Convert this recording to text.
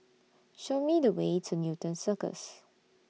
Show Me The Way to Newton Circus